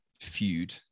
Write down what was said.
feud